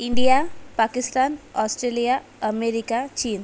India Pakistan Australia America चीन